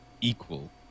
equal